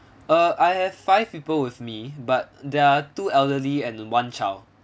uh I have five people with me but they're two elderly and one child